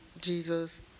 Jesus